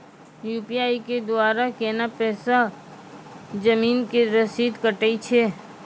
UPI के द्वारा केना कऽ पैसा जमीन के रसीद कटैय छै?